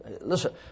Listen